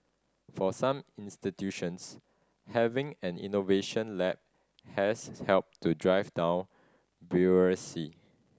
for some institutions having an innovation lab has helped to drive down